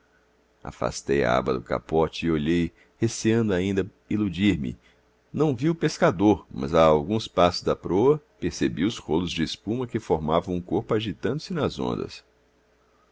afastei a aba do capote e olhei receando ainda iludir me não vi o pescador mas a alguns passos da proa percebi os rolos de espuma que formavam um corpo agitando-se nas ondas